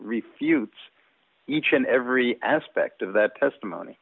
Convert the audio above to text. refutes each and every aspect of that testimony